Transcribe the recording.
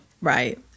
Right